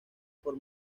por